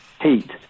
heat